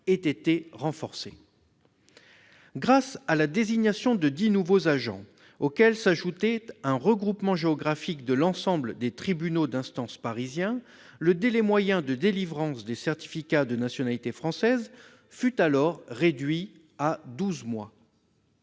autant. Grâce à la désignation de dix nouveaux agents ainsi qu'au regroupement géographique de l'ensemble des tribunaux d'instance parisiens, le délai moyen de délivrance des certificats de nationalité française fut alors réduit à douze mois.